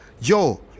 Yo